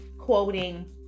quoting